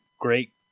Great